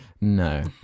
no